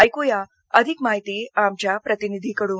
ऐकूया अधिक माहिती आमच्या प्रतिनिधीकडून